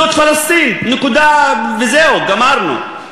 זאת פלסטין, נקודה וזהו, גמרנו.